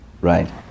Right